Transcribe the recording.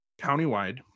countywide